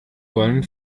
wollen